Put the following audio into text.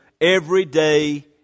everyday